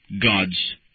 God's